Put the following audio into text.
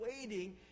waiting